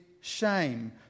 shame